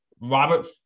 Robert